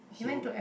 he would